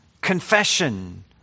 confession